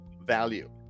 value